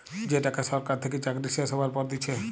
যে টাকা সরকার থেকে চাকরি শেষ হ্যবার পর দিচ্ছে